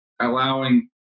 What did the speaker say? allowing